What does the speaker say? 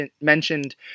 mentioned